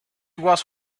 was